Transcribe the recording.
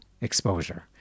exposure